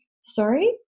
sorry